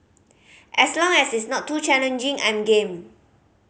as long as it's not too challenging I'm game